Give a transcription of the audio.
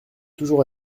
toujours